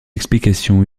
explications